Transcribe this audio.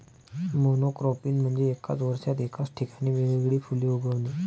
monocropping म्हणजे एका वर्षात एकाच ठिकाणी वेगवेगळी फुले उगवणे